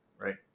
right